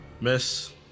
Miss